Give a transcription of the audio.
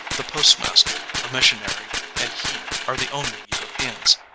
the postmaster, a missionary, and he are the only europeans.